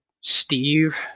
Steve